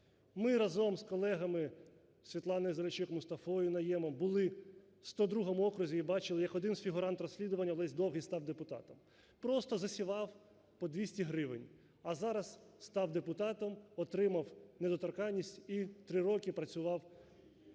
Ми разом з колегами Світланою Заліщук і Мустафою Найємом були у 102 окрузі і бачили, як один з фігурантів розслідування – Олесь Довгий – став депутатом. Просто "засівав" по 200 гривень, а зараз став депутатом, отримав недоторканність і три роки працював